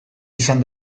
izan